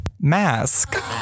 Mask